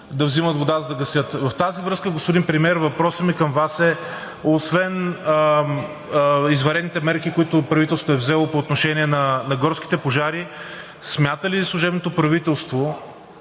В тази връзка, господин Премиер, въпросът ми към Вас е: освен извънредните мерки, които правителството е взело по отношение на горските пожари, смята ли служебното правителство